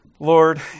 Lord